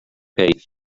pay